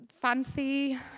fancy